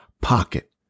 pocket